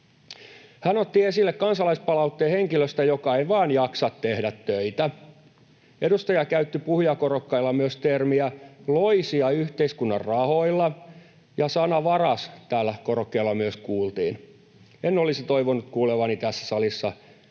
Hän otti esille kansalaispalautteen henkilöstä, joka ei vaan jaksa tehdä töitä. Edustaja käytti puhujakorokkeella myös termiä ”loisia yhteiskunnan rahoilla”, ja myös sana ”varas” täällä korokkeella kuultiin. En olisi toivonut kuulevani tässä salissa kyseisiä